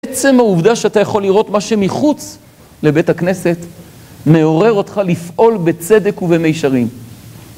בעצם העובדה שאתה יכול לראות מה שמחוץ לבית הכנסת, מעורר אותך לפעול בצדק ובמיישרין